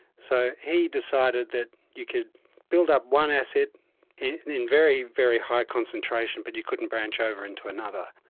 so he decided that you could build up one asset in very, very high concentration but you couldn't branch over into another.